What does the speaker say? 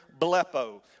blepo